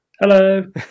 Hello